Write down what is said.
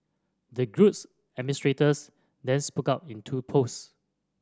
the group's administrators then spoke out in two post